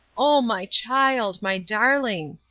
oh, my child, my darling!